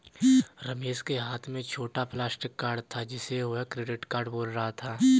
रमेश के हाथ में छोटा प्लास्टिक कार्ड था जिसे वह क्रेडिट कार्ड बोल रहा था